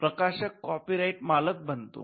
प्रकाशक कॉपीराइट मालक बनतो